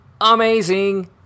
amazing